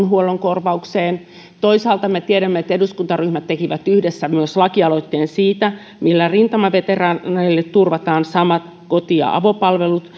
huollon korvaukseen toisaalta me tiedämme että eduskuntaryhmät tekivät yhdessä lakialoitteen myös siitä että rintamaveteraaneille turvataan samat koti ja avopalvelut